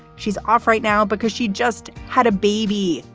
she's off right now because she just had a baby.